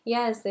Yes